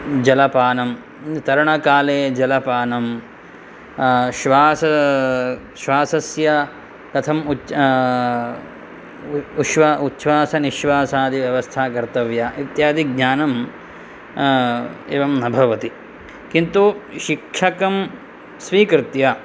जलपानं तरणकाले जलपानं श्वास श्वासस्य कथम् उछ्वासनिश्वासादि व्यवस्था कर्तव्या इत्यादि ज्ञानम् एवं न भवति किन्तु शिक्षकं स्वीकृत्य